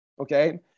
Okay